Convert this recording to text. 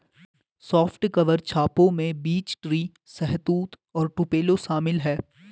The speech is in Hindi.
सॉफ्ट कवर छापों में बीच ट्री, शहतूत और टुपेलो शामिल है